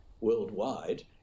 worldwide